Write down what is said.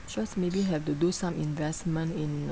just maybe have to do some investment in